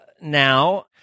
now